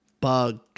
Bug